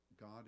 God